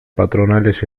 patronales